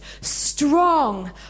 strong